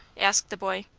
asked the boy.